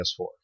PS4